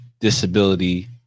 disability